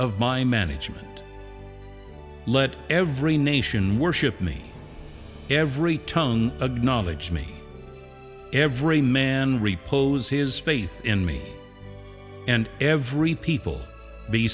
of my management let every nation worship me every tongue of knowledge me every man repose his faith in me and every people be